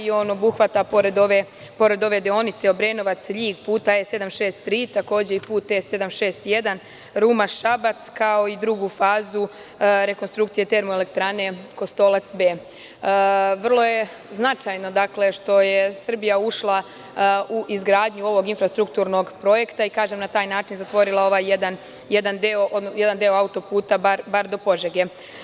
On obuhvata pored ove deonice Obrenovac, Ljig puta E763 takođe i puta E761 Ruma-Šabac, kao i drugu fazu rekonstrukcije termoelektrane Kostolac B. Vrlo je značajno, dakle, što je Srbija ušla u izgradnju ovog infrastrukturnog projekta, i kažem na taj način zatvorili ovaj jedan deo autoputa, bar do Požege.